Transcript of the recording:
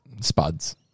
spuds